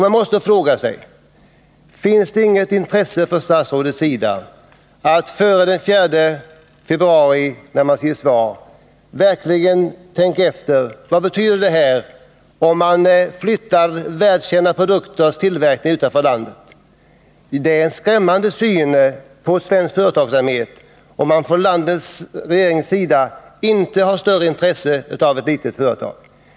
Man måste fråga sig: Har statsrådet inget intresse att före den 4 februari, när man skall lämna besked, tänka efter vad det betyder om man flyttar tillverkningen av världskända produkter utanför landet? Det är en skrämmande syn på svensk företagsamhet som landets regering har, om den inte visar större intresse för ett litet företag.